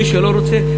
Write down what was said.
מי שלא רוצה,